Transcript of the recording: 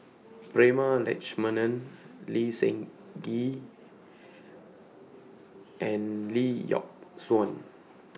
Prema Letchumanan Lee Seng Gee and Lee Yock Suan